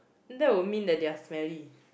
that will mean that they are smelly